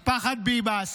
משפחת ביבס,